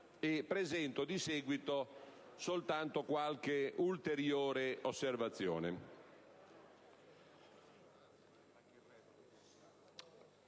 a presentare di seguito soltanto qualche ulteriore osservazione.